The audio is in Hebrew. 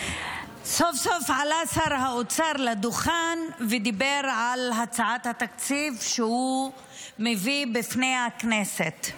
סוף-סוף עלה שר האוצר לדוכן ודיבר על הצעת התקציב שהוא מביא בפני הכנסת,